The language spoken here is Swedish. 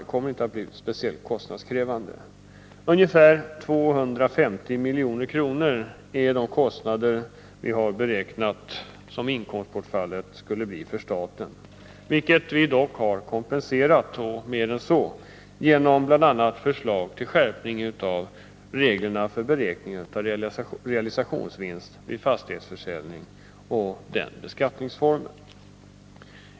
Vi har beräknat att inkomstbortfallet för staten blir ca 250 milj.kr., vilket vi dock kompenserar — och mer än så — genom bl.a. förslag till skärpning av reglerna för beräkning av realisationsvinst vid fastighetsförsäljning och den beskattningsformen.